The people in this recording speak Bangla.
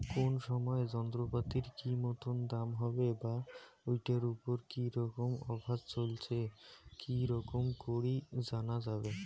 কোন সময় যন্ত্রপাতির কি মতন দাম হবে বা ঐটার উপর কি রকম অফার চলছে কি রকম করি জানা যাবে?